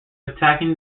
attacking